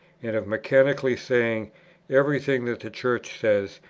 and of mechanically saying every thing that the church says,